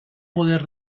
poder